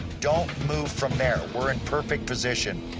don't move from there. we're in perfect position.